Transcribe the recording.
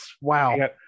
wow